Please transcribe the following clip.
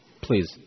Please